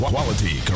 Quality